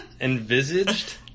Envisaged